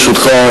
ברשותך,